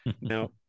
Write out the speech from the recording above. now